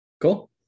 Cool